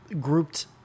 grouped